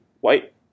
white